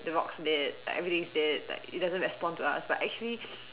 the rock's dead like everything's dead like it doesn't respond to us but actually